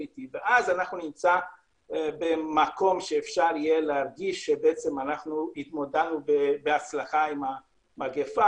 ואז נימצא במקום שאפשר יהיה להרגיש שהתמודדנו בהצלחה עם המגפה.